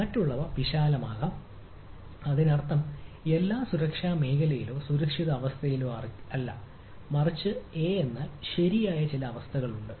മറ്റുള്ളവ വിശാലമാകാം അതിനർത്ഥം എല്ലാം സുരക്ഷാ മേഖലയിലോ സുരക്ഷിത അവസ്ഥലോ അല്ല മറിച്ച് a എന്നാൽ ശരിയായ ചില അവസ്ഥകളുണ്ട്